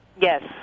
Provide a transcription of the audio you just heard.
Yes